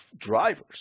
drivers